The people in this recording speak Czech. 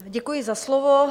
Děkuji za slovo.